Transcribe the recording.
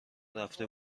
رفته